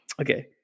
Okay